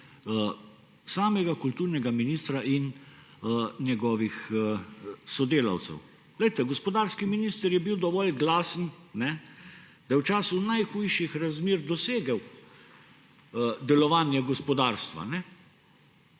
kulturnega ministra in njegovih sodelavcev. Gospodarski minister je bil dovolj glasen, da je v času najhujših razmer dosegel delovanje gospodarstva,